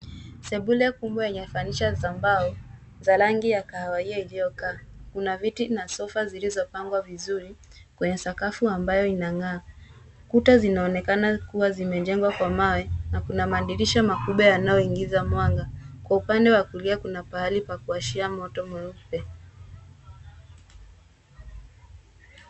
Sebule kubwa yenye fanicha za mbao za rangi ya kahawia iliyokaa. Kuna viti na sofa zilizopangwa vizuri kwenye sakafu ambayo inang'aa. Kuta zinaonekana kuwa zimejengwa kwa mawe na kuna madirisha kubwa yanayoingiza mwanga. Kwa upande wa kulia kuna pahali pa kuwashia moto mweupe.